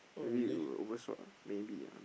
maybe you will overshot ah maybe ah